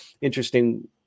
Interesting